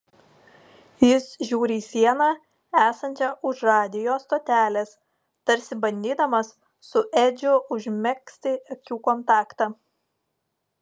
jis žiūri į sieną esančią už radijo stotelės tarsi bandydamas su edžiu užmegzti akių kontaktą